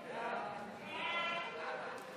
ההצעה להעביר את הצעת חוק הבטחת הכנסה (תיקון מס'